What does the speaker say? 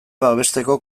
babesteko